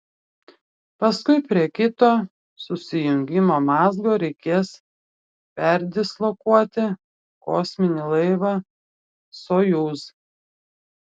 paskui prie kito susijungimo mazgo reikės perdislokuoti kosminį laivą sojuz